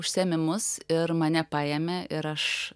užsiėmimus ir mane paėmė ir aš